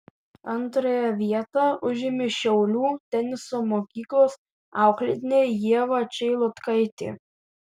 antrąją vietą užėmė šiaulių teniso mokyklos auklėtinė ieva čeilutkaitė